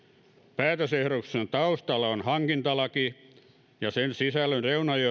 päätösehdotuksen taustalla on hankintalaki jonka sisällön